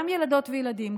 גם ילדות וילדים,